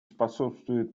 способствует